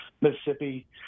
Mississippi